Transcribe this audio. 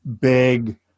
big